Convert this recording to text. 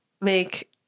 make